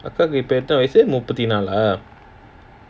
அக்காக்கு இப்போ எத்தனை வயசு முப்பத்து நாலா:akkakku ippo ethana vayasu mupathu naalaa